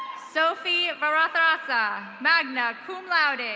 sophie varavaraza, magna cum laude.